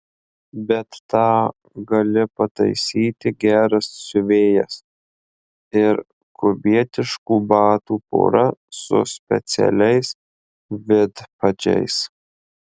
bet tą gali pataisyti geras siuvėjas ir kubietiškų batų pora su specialiais vidpadžiais